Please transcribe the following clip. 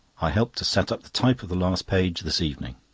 i helped to set up the type of the last page this evening.